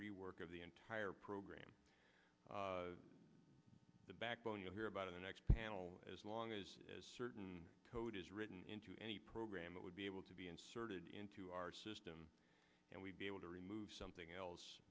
rework of the entire program the backbone you'll hear about in the next panel as long as certain code is written into any program that would be able to be inserted into our system and we'd be able to remove something else